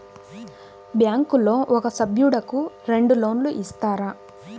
బ్యాంకులో ఒక సభ్యుడకు రెండు లోన్లు ఇస్తారా?